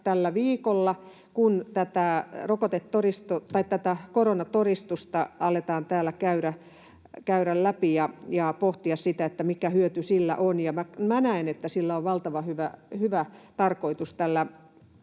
tällä viikolla, kun tätä koronatodistusta aletaan täällä käydä läpi ja pohtia sitä, mikä hyöty sillä on, ja minä näen, että sillä on valtavan hyvä tarkoitus, tällä